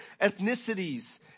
ethnicities